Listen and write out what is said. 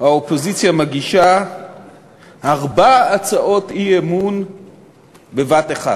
האופוזיציה מגישה ארבע הצעות אי-אמון בבת-אחת.